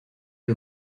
que